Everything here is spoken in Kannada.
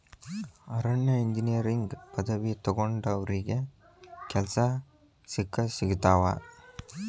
ಅರಣ್ಯ ಇಂಜಿನಿಯರಿಂಗ್ ಪದವಿ ತೊಗೊಂಡಾವ್ರಿಗೆ ಕೆಲ್ಸಾ ಸಿಕ್ಕಸಿಗತಾವ